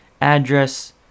address